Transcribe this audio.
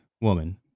woman